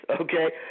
okay